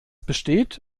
besteht